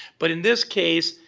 but, in this case,